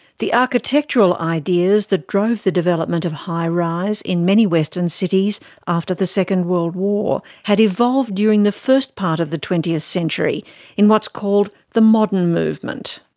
the architectural ideas that drove the development of high-rise in many western cities after the second world war had evolved during the first part of the twentieth century in what's called the modern movement.